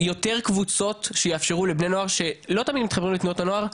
יותר קבוצות שיאפשרו לבני נוער שלא תמיד מתחברים לתנועות הנוער,